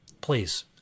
Please